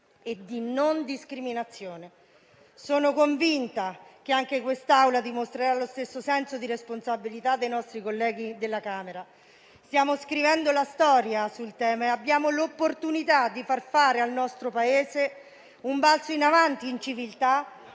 e di non discriminazione. Sono convinta che anche quest'Assemblea dimostrerà lo stesso senso di responsabilità dei nostri colleghi della Camera dei deputati. Stiamo scrivendo la storia su questo tema e abbiamo l'opportunità di far fare al nostro Paese un balzo in avanti di civiltà,